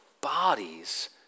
bodies